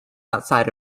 outside